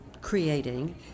creating